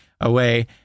away